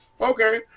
okay